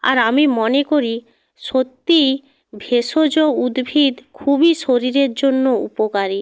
আর আমি মনে করি সত্যিই ভেষজ উদ্ভিদ খুবই শরীরের জন্য উপকারী